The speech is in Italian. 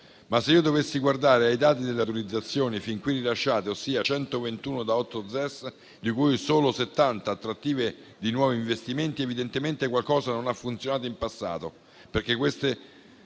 ma se dovessi guardare ai dati delle autorizzazioni fin qui rilasciate, ossia 121 da otto ZES, di cui solo 70 attrattive di nuovi investimenti, vorrebbe dire che, evidentemente, qualcosa non ha funzionato in passato,